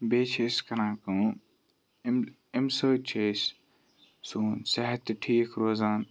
بیٚیہِ چھِ أسۍ کَران کٲم أمۍ أمہِ سۭتۍ چھِ أسۍ سون صحت تہِ ٹھیٖک روزان